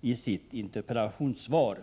i sitt interpellationssvar.